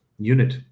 unit